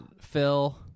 phil